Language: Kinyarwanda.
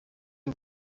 ubu